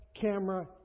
camera